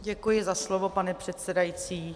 Děkuji za slovo, pane předsedající.